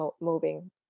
moving